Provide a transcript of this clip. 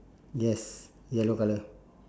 yes yellow colour